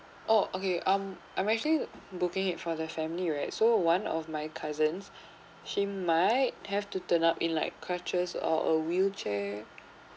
oh okay um I'm actually booking it for the family right so one of my cousins she might have to turn up in like crutches or a wheelchair